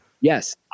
Yes